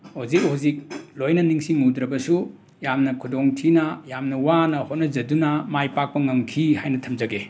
ꯍꯧꯖꯤꯛ ꯍꯧꯖꯤꯛ ꯂꯣꯏꯅ ꯅꯤꯡꯁꯤꯡꯉꯨꯗ꯭ꯔꯕꯁꯨ ꯌꯥꯝꯅ ꯈꯨꯗꯣꯡ ꯊꯤꯅ ꯌꯥꯝꯅ ꯋꯥꯅ ꯍꯣꯠꯅꯖꯗꯨꯅ ꯃꯥꯏ ꯄꯥꯛꯄ ꯉꯝꯈꯤ ꯍꯥꯏꯅ ꯊꯝꯖꯒꯦ